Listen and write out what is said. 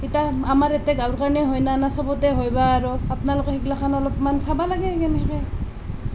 এতিয়া আমাৰ এতিয়া গাঁৱৰ কাৰণে হয় না চবতে হয় বা আৰু আপোনালোকে সেইগিলাখন অকণমান চাব লাগে সেনেকৈ